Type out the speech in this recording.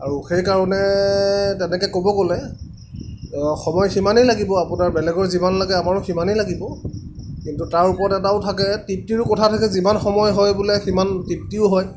আৰু সেইকাৰণে তেনেকৈ ক'ব গ'লে সময় সিমানেই লাগিব আপোনাৰ বেলেগৰ যিমান লাগে আমাৰো সিমানো লাগিব কিন্তু তাৰ ওপৰত এটাও থাকে তৃপ্তিৰো কথা থাকে যিমান সময় হয় বোলে সিমান তৃপ্তিও হয়